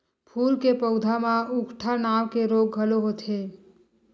फूल के पउधा म उकठा नांव के रोग घलो होथे